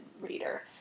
reader